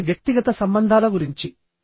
ఇప్పుడు ఇది వ్యక్తిగత సంబంధాల గురించి